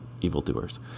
evildoers